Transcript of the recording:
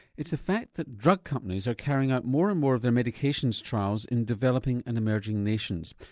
it's the fact that drug companies are carrying out more and more of their medications trials in developing and emerging nations.